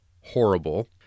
horrible